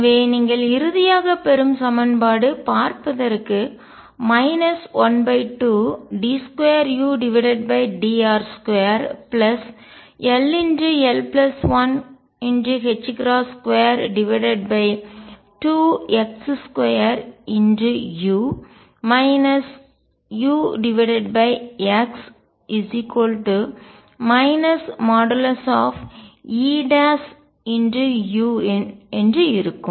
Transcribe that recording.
எனவே நீங்கள் இறுதியாகப் பெறும் சமன்பாடு பார்ப்பதற்கு 12d2udr2 ll122x2u ux |E|u என்று இருக்கும்